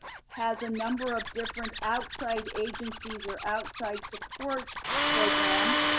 has a number of different outside agencies or outside support programs,